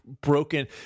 broken